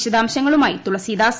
വിശദാംശങ്ങളുമായി തുളസീദാസ്